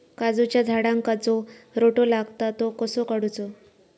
काजूच्या झाडांका जो रोटो लागता तो कसो काडुचो?